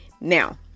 Now